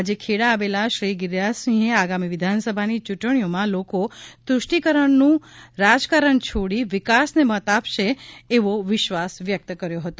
આજે ખેડા આવેલા શ્રી ગિરીરાજસિંહે આગામી વિધાનસભાની યૂંટણીઓમાં લોકો તુષ્ટીકરણનું રાજકારણ છોડી વિકાસને મત આપશે એવો વિશ્વાસ વ્યક્ત કર્યો હતો